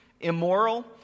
immoral